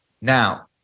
Now